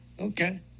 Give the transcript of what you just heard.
okay